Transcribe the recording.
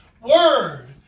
Word